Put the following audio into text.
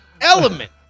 element